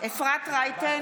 אפרת רייטן